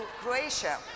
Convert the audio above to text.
croatia